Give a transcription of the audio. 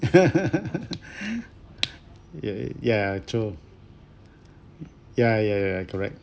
ya ya true ya ya ya correct